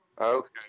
Okay